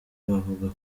bavuga